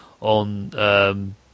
on